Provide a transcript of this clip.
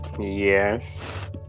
yes